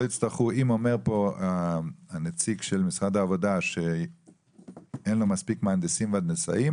אם הנציג של משרד העבודה אומר פה שאין לו מספיק מהנדסים והנדסאים